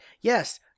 Yes